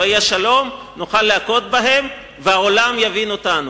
לא יהיה שלום, נוכל להכות בהם והעולם יבין אותנו.